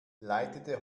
leitete